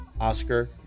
Oscar